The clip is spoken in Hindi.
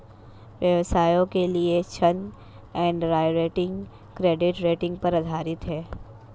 व्यवसायों के लिए ऋण अंडरराइटिंग क्रेडिट रेटिंग पर आधारित है